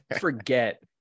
forget